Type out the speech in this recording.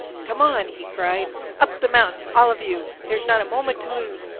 come on! he cried up the mountain all of you. there's not a moment to lose.